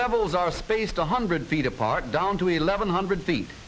levels are spaced one hundred feet apart down to eleven hundred feet